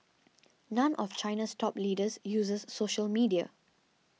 none of China's top leaders uses social media